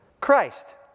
Christ